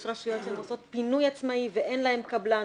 יש רשויות שהן עושות פינוי עצמאי ואין להן קבלן,